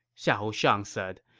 xiahou shang said.